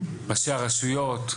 ראשי הרשויות,